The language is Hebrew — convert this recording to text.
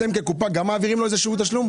אתם גם משלמים לו תשלום כקופה?